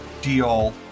deal